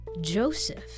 joseph